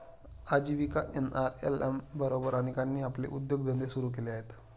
आजीविका एन.आर.एल.एम बरोबर अनेकांनी आपले उद्योगधंदे सुरू केले आहेत